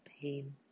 pain